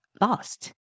lost